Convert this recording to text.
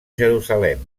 jerusalem